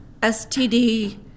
STD